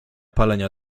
palenia